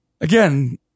Again